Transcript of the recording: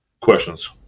questions